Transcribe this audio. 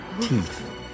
teeth